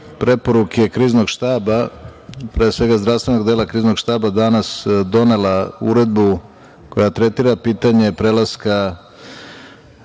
preporuke Kriznog štaba, pre svega zdravstvenog dela Kriznog štaba danas donela uredbu koja tretira pitanje prelaska